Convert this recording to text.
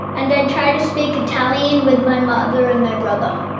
and i try to speak italian with my mother and my brother,